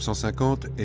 so second